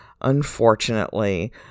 unfortunately